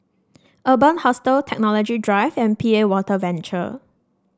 Urban Hostel Technology Drive and P A Water Venture